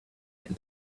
ate